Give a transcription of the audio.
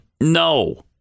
no